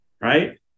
Right